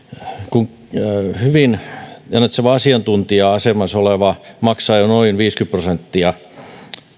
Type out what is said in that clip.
kun hyvin ansaitseva asiantuntija asemassa oleva henkilö maksaa jo noin viisikymmentä prosenttia